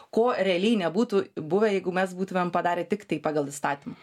ko realiai nebūtų buvę jeigu mes būtumėm padarę tiktai pagal įstatymą